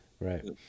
right